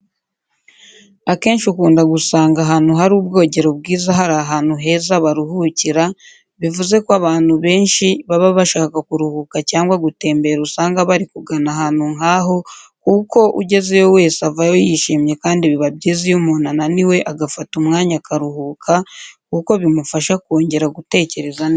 Akenshi ukunda gusanga ahantu hari ubwogero bwiza hari ahantu heza baruhukira, bivuze ko abantu benshi baba bashaka kuruhuka cyangwa gutembera usanga bari kugana ahantu nkaho kuko ugezeyo wese avayo yishimye kandi biba byiza iyo umuntu ananiwe agafata umwanya akaruhuka kuko bimufasha kongera gutekereza neza.